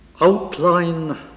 outline